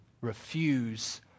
Refuse